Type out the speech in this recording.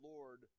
Lord